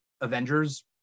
Avengers